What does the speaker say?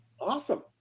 Awesome